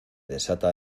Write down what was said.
desata